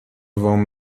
وام